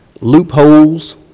Loopholes